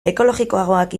ekologikoagoak